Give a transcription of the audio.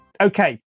Okay